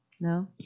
No